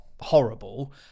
horrible